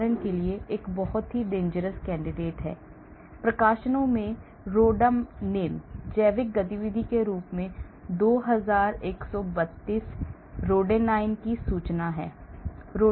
उदाहरण के लिए यह एक बहुत ही dangerous candidate है प्रकाशनों में rhodanine जैविक गतिविधि होने के रूप में 2132 रोडेनाइन की सूचना है